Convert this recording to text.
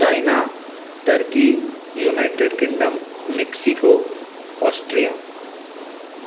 China turkey United Kingdom Mexico Austria